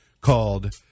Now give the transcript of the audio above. called